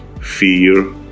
fear